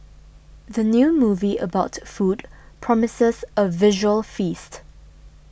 the new movie about food promises a visual feast